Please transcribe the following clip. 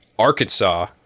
arkansas